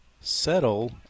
settle